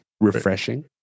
Refreshing